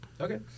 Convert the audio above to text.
okay